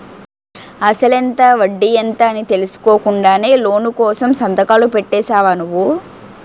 అసలెంత? వడ్డీ ఎంత? అని తెలుసుకోకుండానే లోను కోసం సంతకాలు పెట్టేశావా నువ్వు?